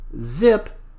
zip